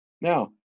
Now